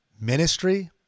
Ministry